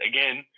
Again